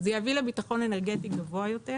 זה יביא לביטחון אנרגטי גבוה יותר